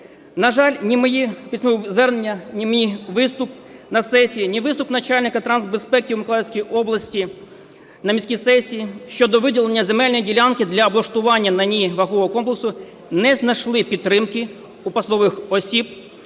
На жаль, ні мої письмові звернення, ні мій виступ на сесії, ні виступ начальника трансбезпеки Миколаївської області на міській сесії щодо виділення земельної ділянки для облаштування на ній вагового комплексу, не знайшли підтримки у посадових осіб